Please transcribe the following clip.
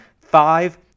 five